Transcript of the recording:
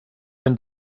been